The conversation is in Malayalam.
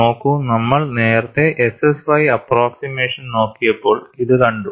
നോക്കൂ നമ്മൾ നേരത്തെ SSY അപ്പ്രോക്സിമേഷൻ നോക്കിയപ്പോൾ ഇതു കണ്ടു